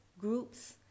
groups